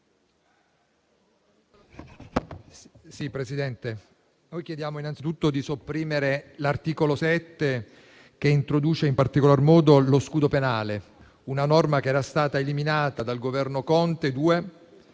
Presidente, noi chiediamo innanzitutto di sopprimere l'articolo 7, che in particolar modo introduce lo scudo penale, norma che era stata eliminata dal Governo Conte 2